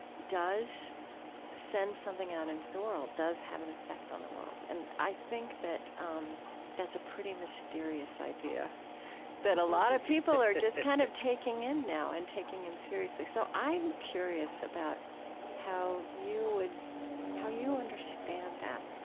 does send something out into the world, does have an effect on the world and i think that um that's a pretty mysterious idea that a lot of people are just kind of taking in now and taking in seriously. so i'm curious about how you would how you understand that.